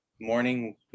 morning